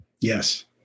Yes